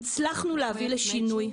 הצלחנו להביא לשינוי.